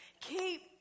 Keep